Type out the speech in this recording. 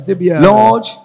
Lord